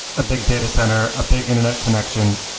a big data center a big internet connection.